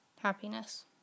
happiness